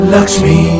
Lakshmi